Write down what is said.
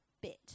bit